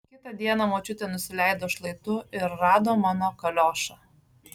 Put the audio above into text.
kitą dieną močiutė nusileido šlaitu ir rado mano kaliošą